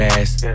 ass